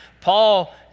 Paul